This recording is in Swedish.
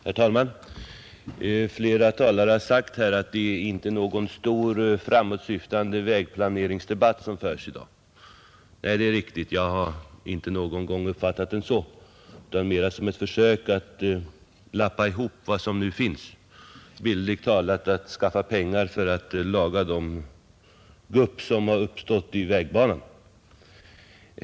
Herr talman! Flera talare har här sagt att det inte är någon stor och framåtsyftande vägplaneringsdebatt vi för i dag. Det är riktigt. Jag har inte heller uppfattat den så utan mera som ett försök att lappa ihop det som nu finns, alltså bildligt talat att skaffa pengar för att laga de gupp som uppstått i vägbanan.